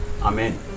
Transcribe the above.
Amen